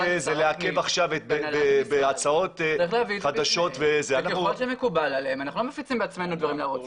אנחנו לא מפיצים בעצמנו להערות ציבור,